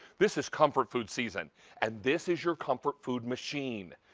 this is comfort food season and this is your comfort food machine.